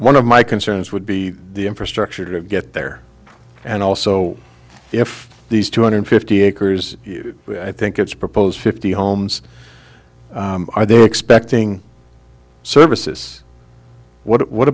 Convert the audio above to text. one of my concerns would be the infrastructure to get there and also if these two hundred fifty acres i think it's proposed fifty homes are there expecting services what